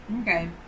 okay